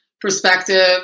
perspective